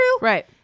right